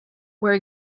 were